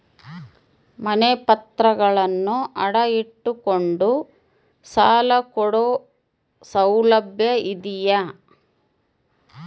ಮನೆ ಪತ್ರಗಳನ್ನು ಅಡ ಇಟ್ಟು ಕೊಂಡು ಸಾಲ ಕೊಡೋ ಸೌಲಭ್ಯ ಇದಿಯಾ?